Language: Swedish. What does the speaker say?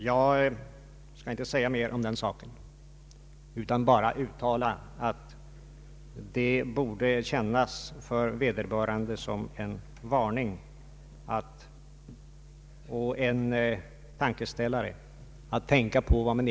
Jag finner anledning att allvarligt understryka detta. Herr talman!